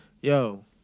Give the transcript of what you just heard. yo